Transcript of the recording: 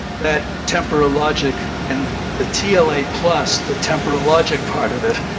that temporal logic and the tla plus, the temporal logic part of it,